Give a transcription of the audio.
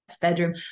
bedroom